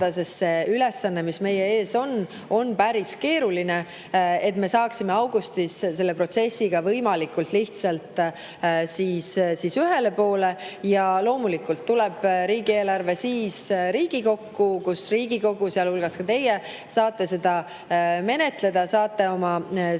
sest see ülesanne, mis meie ees on, on päris keeruline. Aga me peame saama augustis selle protsessiga võimalikult lihtsalt ühele poole. Ja loomulikult tuleb riigieelarve siis Riigikokku, kus Riigikogu, sealhulgas ka teie, saate seda menetleda, saate oma